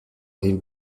rive